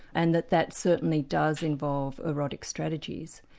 and that that certainly does involve erotic strategies,